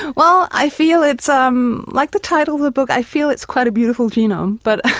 well i feel it's um like the title of the book, i feel it's quite a beautiful genome but